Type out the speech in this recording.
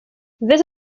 this